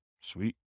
Sweet